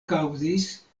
kaŭzis